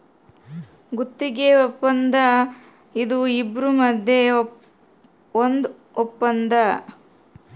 ಗುತ್ತಿಗೆ ವಪ್ಪಂದ ಇದು ಇಬ್ರು ಮದ್ಯ ಒಂದ್ ವಪ್ಪಂದ